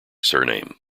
surname